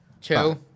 Two